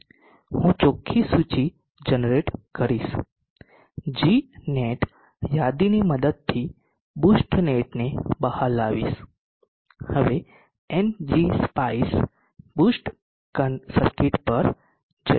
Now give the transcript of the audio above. હું ચોખ્ખી સૂચિ જનરેટ કરીશ Gનેટ યાદીની મદદથી બુસ્ટ નેટને બહાર લાવીશ હવે NGSPICSબુસ્ટ સર્કીટ પર જઈશ